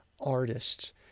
artists